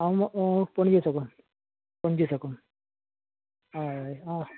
हांव पणजे साकून पणजे साकून हय हय हय